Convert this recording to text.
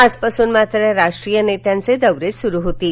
आजपासून मात्र राष्ट्रीय नेत्यांचे दौरे सुरू होतील